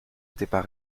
étaient